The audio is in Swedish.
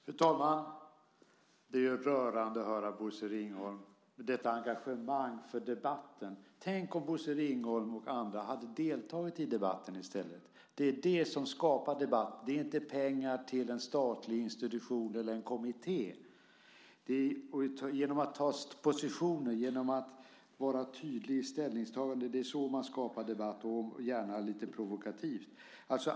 Fru talman! Det är rörande att höra Bosse Ringholm, detta engagemang för debatten. Tänk om Bosse Ringholm och andra hade deltagit i debatten i stället. Det är det som skapar debatt. Det är inte pengar till en statlig institution eller en kommitté. Man skapar debatt genom att ta positioner, genom att vara tydlig i ställningstaganden - och det får gärna vara lite provokativt.